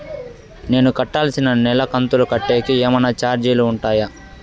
నేను కట్టాల్సిన నెల కంతులు కట్టేకి ఏమన్నా చార్జీలు ఉంటాయా?